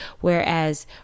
whereas